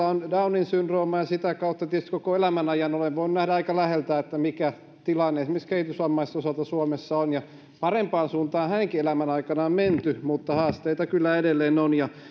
on downin syndrooma ja sitä kautta tietysti koko elämän ajan olen voinut nähdä aika läheltä mikä tilanne esimerkiksi kehitysvammaisten osalta suomessa on ja parempaan suuntaan hänenkin elämänsä aikana on menty mutta haasteita kyllä edelleen on